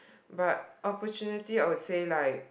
but opportunity I would say like